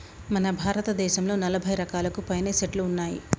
మన భారతదేసంలో నలభై రకాలకు పైనే సెట్లు ఉన్నాయి